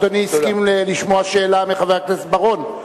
אדוני הסכים לשמוע שאלה מחבר הכנסת בר-און,